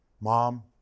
Mom